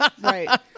right